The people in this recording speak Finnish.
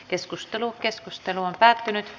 keskustelu keskustelu on päättynyt